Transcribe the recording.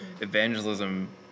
evangelism